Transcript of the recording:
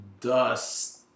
Dust